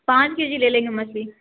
پانچ K G لے لیں گے ہم مچھلی